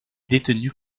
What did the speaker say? détenus